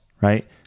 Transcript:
right